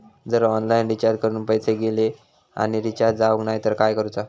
जर online recharge करून पैसे गेले आणि रिचार्ज जावक नाय तर काय करूचा?